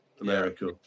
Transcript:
America